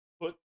Put